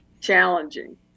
challenging